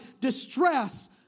distress